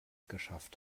geschafft